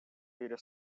мире